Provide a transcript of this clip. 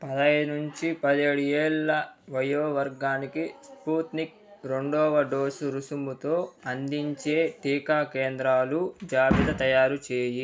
పదైదు నుంచి పదిహేడు ఏళ్ళ వయో వర్గానికి స్పుత్నిక్ రెండవ డోసు రుసుముతో అందించే టీకా కేంద్రాలు జాబితా తయారు చేయి